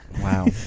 wow